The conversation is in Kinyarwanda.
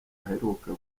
aheruka